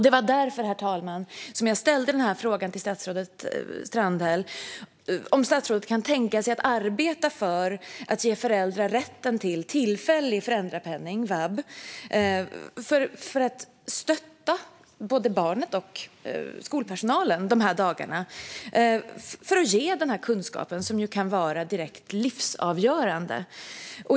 Det var därför, herr talman, som jag ställde frågan till statsrådet Strandhäll om statsrådet kan tänka sig att arbeta för att ge föräldrar rätt till tillfällig föräldrapenning - vab - i syfte att stötta både barnet och skolpersonalen de här dagarna och ge den här kunskapen, som kan vara direkt livsavgörande.